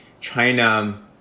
China